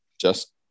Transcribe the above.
just-